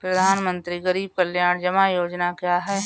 प्रधानमंत्री गरीब कल्याण जमा योजना क्या है?